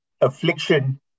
affliction